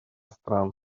стран